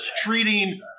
treating